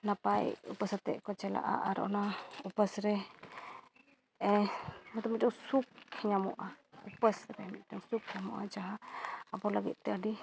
ᱱᱟᱯᱟᱭ ᱩᱯᱟᱹᱥ ᱟᱛᱮᱫ ᱜᱮᱠᱚ ᱪᱟᱞᱟᱜᱼᱟ ᱟᱨ ᱚᱱᱟ ᱩᱯᱟᱹᱥ ᱨᱮ ᱚᱱᱟ ᱫᱚ ᱢᱤᱫᱴᱟᱝ ᱥᱩᱠᱷ ᱧᱟᱢᱚᱜᱼᱟ ᱩᱯᱟᱹᱥ ᱨᱮ ᱢᱤᱫᱴᱟᱝ ᱥᱩᱠᱷ ᱧᱟᱢᱚᱜᱼᱟ ᱡᱟᱦᱟᱸ ᱟᱵᱚ ᱞᱟᱹᱜᱤᱫ ᱟᱹᱰᱤ